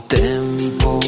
tempo